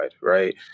Right